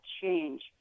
change